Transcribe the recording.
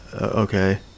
okay